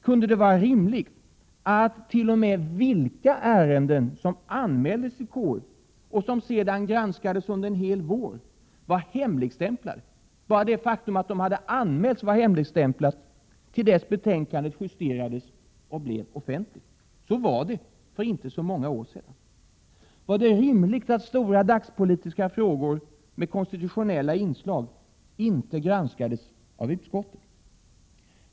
Kunde det vara rimligt att t.o.m. vilka ärenden som anmäldes till KU och som sedan granskades under en hel vår var hemligstämplade, dvs. bara det faktum att de hade anmälts var hemligstämplat, till dess betänkandet justerades och blev offentligt? Så var det för inte så många år sedan. Var det rimligt att stora dagspolitiska frågor, med konstitutionella inslag, inte granskades av utskottet?